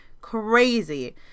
crazy